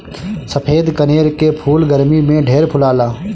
सफ़ेद कनेर के फूल गरमी में ढेर फुलाला